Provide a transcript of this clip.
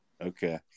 Okay